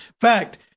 fact